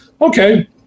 Okay